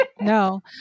No